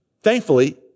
Thankfully